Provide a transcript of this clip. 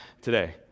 today